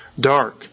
dark